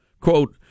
Quote